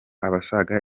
abasaga